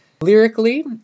Lyrically